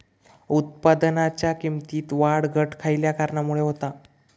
उत्पादनाच्या किमतीत वाढ घट खयल्या कारणामुळे होता?